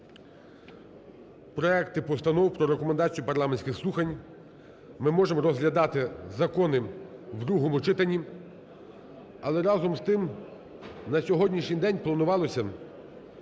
проекти постанов про рекомендації парламентських слухань, ми можемо розглядати закони в другому читанні. Але разом з тим на сьогоднішній день планувалися